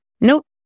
Nope